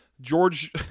George